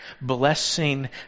blessing